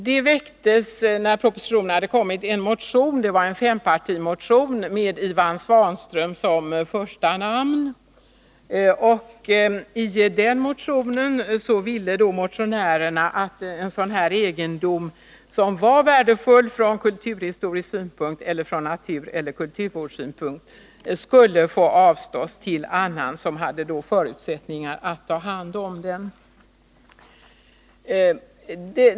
Det väcktes när propositionen hade lagts fram en fempartimotion med Ivan Svanström som första namn, och i den motionen föreslogs att egendom som var värdefull från kulturhistorisk synpunkt eller från naturvårdseller kulturvårdssynpunkt skulle få avstås till annan, som hade förutsättningar att ta hand om den.